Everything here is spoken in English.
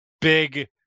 big